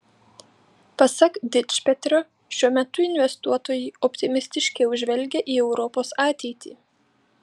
pasak dičpetrio šiuo metu investuotojai optimistiškiau žvelgia į europos ateitį